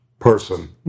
person